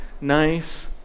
nice